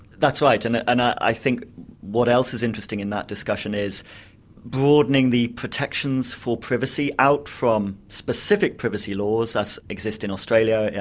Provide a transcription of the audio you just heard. that's right, and and i think what else is interesting in that discussion is broadening the protections for privacy out from specific privacy laws as exist in australia,